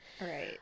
right